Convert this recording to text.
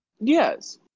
Yes